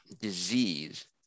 disease